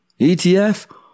ETF